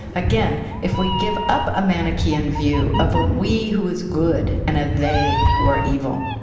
again, if we give up a manichaean view of a we who is good and a they who are evil,